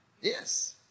Yes